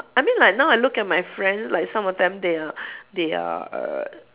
I mean like now I look at my friends like some of them they are they are err